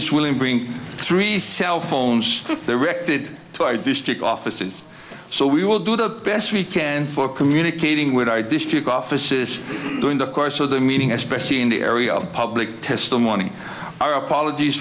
swilling bring three cell phones they reacted to our district offices so we will do the best we can for communicating with our district offices during the course of the meeting especially in the area of public testimony our apologies